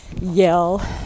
yell